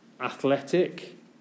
athletic